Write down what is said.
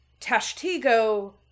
Tashtigo